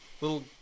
little